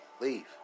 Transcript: leave